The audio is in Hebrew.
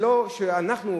שאנחנו,